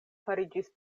fariĝis